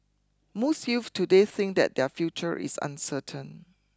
most youths today think that their future is uncertain